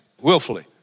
Willfully